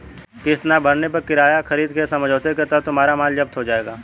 किस्तें ना भरने पर किराया खरीद के समझौते के तहत तुम्हारा माल जप्त हो जाएगा